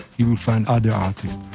he will find other artists.